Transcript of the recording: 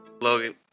Logan